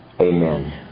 Amen